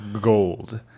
gold